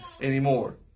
anymore